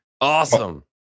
Awesome